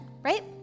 right